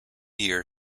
year